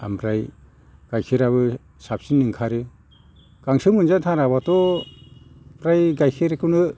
ओमफ्राय गाइखेराबो साबसिन ओंखारो गांसो मोनजा थाराबाथ' फ्राय गाइखेरखौनो